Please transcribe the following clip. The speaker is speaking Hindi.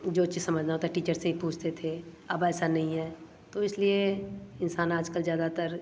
जो चीज़ समझना था टीचर से ही पूछते थे अब ऐसा नहीं है तो इसलिए इंसान आज कल ज़्यादातर